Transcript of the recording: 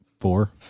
Four